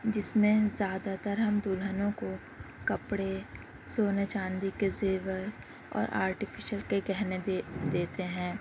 جس میں زیادہ تر ہم دلہنوں کو کپڑے سونے چاندی کے زیور اور آرٹیفیشیل کے گہنے دے دیتے ہیں